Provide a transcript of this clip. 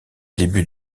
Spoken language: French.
début